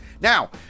Now